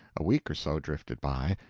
a week or so drifted by,